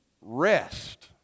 rest